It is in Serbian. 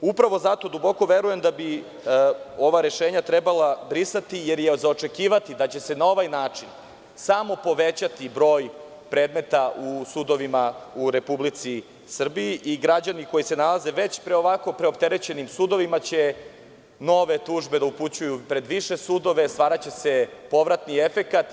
Upravo zato duboko verujem da bi ova rešenja trebalo brisati, jer je za očekivati da će se na ovaj način samo povećati broj predmeta u sudovima u Republici Srbiji i građani koji se nalaze već pred ovako preopterećenim sudovima će nove tužbe da upućuju pred više sudove, stvaraće se povratni efekat.